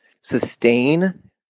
sustain